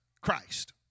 Christ